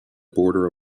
border